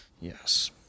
Yes